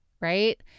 right